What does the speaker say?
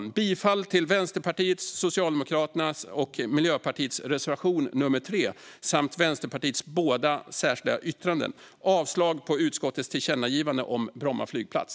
Jag yrkar bifall till Vänsterpartiets, Socialdemokraternas och Miljöpartiets reservation nummer 3 samt till Vänsterpartiets båda särskilda yttranden. Jag yrkar avslag på utskottets förslag om tillkännagivande om Bromma flygplats.